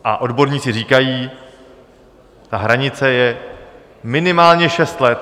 A odborníci říkají: Ta hranice je minimálně šest let.